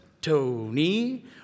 Tony